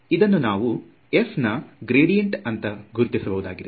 ಇದನ್ನು ನಾವು f ನಾ ಗ್ರೇಡಿಯಂಟ್ ಅಂತ ಗುರಿತಿಸಬಹುದಾಗಿದೆ